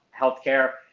healthcare